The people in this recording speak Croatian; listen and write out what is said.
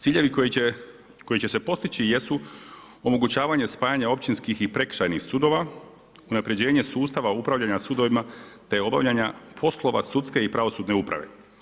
Ciljevi koji će se postići jesu omogućavanje spajanja općinskih i prekršajnih sudova, unapređenje sustava upravljanja sudovima te obavljanja poslova sudske i pravosudne uprave.